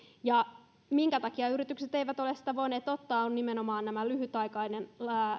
syyt minkä takia yritykset eivät ole sitä voineet ottaa ovat nimenomaan lyhytaikainen